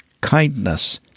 kindness